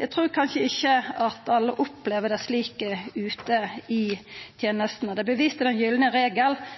Eg trur kanskje ikkje alle opplever det slik ute i tenesta. Det vert vist til den